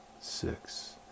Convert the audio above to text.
six